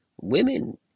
Women